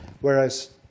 whereas